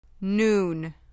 noon